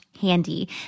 Handy